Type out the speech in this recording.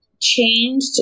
changed